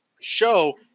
show